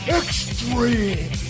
extreme